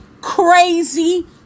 crazy